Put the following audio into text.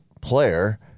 player